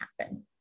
happen